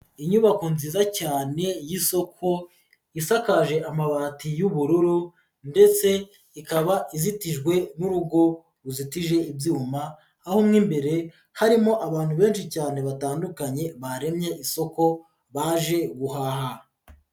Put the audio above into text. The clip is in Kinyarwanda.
Inyubako nziza cyane y'isoko, isakaje amabati y'ubururu ndetse ikaba izitijwe n'urugo ruzitije ibyuma, aho mo imbere harimo abantu benshi cyane batandukanye baremye isoko, baje guhaha.